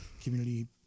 community